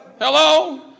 Hello